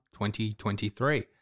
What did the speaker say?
2023